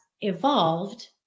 evolved